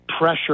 Pressure